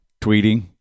Tweeting